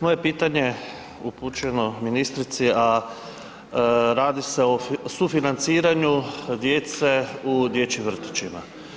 Moje pitanje upućeno ministrici, a radi se o sufinanciranju djece u dječjim vrtićima.